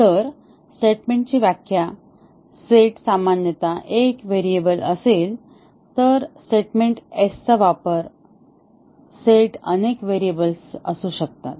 तरस्टेटमेंटची व्याख्या सेट सामान्यतः एक व्हेरिएबल असेल तर स्टेटमेंट एसचा वापर सेटअनेक व्हेरिएबल्स असू शकतात